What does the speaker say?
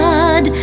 God